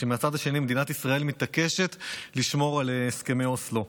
כשמהצד השני מדינת ישראל מתעקשת לשמור על הסכמי אוסלו.